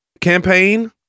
campaign